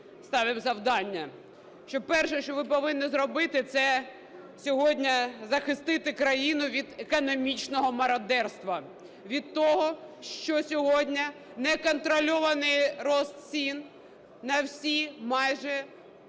ставимо завдання, що перше, що ви повинні зробити, - це сьогодні захистити країну від економічного мародерства, від того, що сьогодні неконтрольований ріст цін на всі майже